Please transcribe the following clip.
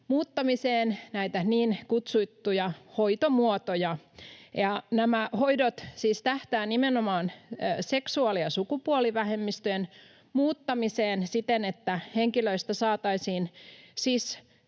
sukupuoli-identiteetin muuttamiseksi. Nämä hoidot siis tähtäävät nimenomaan seksuaali- ja sukupuolivähemmistöjen muuttamiseen siten, että henkilöistä saataisiin siis